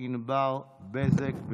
ענבר בזק.